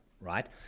Right